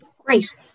Great